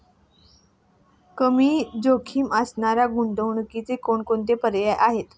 कमी जोखीम असणाऱ्या गुंतवणुकीचे कोणकोणते पर्याय आहे?